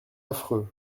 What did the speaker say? affreux